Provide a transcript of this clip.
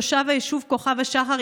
תושב היישוב כוכב השחר,